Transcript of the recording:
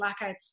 blackouts